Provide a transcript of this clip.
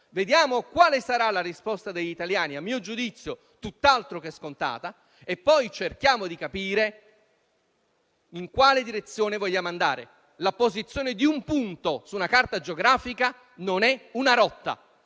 Vediamo quale sarà la risposta degli italiani, a mio giudizio tutt'altro che scontata, e poi cerchiamo di capire in quale direzione vogliamo andare. La posizione di un punto su una carta geografica non è una rotta,